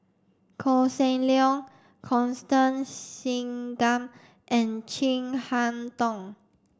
Koh Seng Leong Constance Singam and Chin Harn Tong